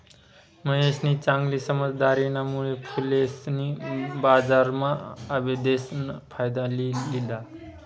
महेशनी चांगली समझदारीना मुळे फुलेसनी बजारम्हा आबिदेस ना फायदा लि लिदा